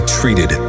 treated